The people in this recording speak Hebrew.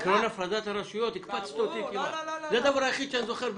עקרון הפרדת הרשויות זה הדבר היחיד שאני זוכר באזרחות.